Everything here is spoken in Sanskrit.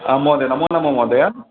आम् महोदय नमो नमः महोदय